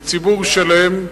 בציבור שלם,